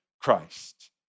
Christ